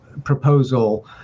proposal